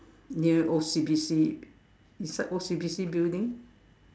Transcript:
near O_C_B_C beside O_C_B_C building